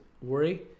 worry